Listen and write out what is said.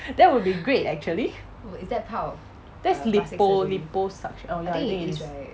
that would be great actually that's lipo~ liposuction oh ya I think it is